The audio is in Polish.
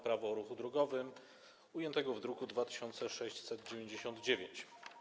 Prawo o ruchu drogowym ujętego w druku nr 2699.